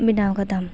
ᱵᱮᱱᱟᱣ ᱟᱠᱟᱫᱟᱢ